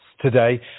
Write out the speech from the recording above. today